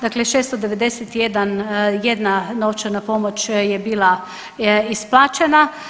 Dakle, 691 novčana pomoć je bila isplaćena.